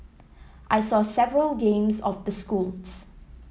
I saw several games of the schools